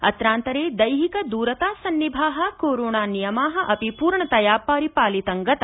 अत्रांतरे दैहिक दूरतासन्निभा कोरोनानियमा अपि पूर्णतया परिपालितं गता